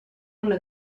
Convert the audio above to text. una